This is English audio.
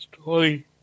story